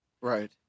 Right